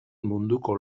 munduko